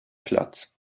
platz